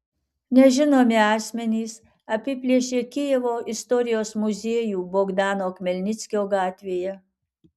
nežinomi asmenys apiplėšė kijevo istorijos muziejų bogdano chmelnickio gatvėje